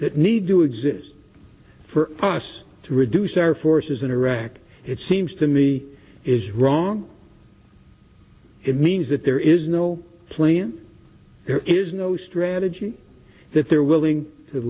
that need to exist for us to reduce our forces in iraq it seems to me is wrong it means that there is no plan there is no strategy that they're willing to